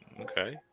okay